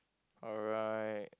alright